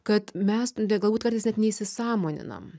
kad mes nu galbūt kartais net neįsisąmoninam